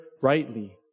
rightly